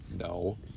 No